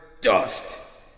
dust